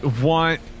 want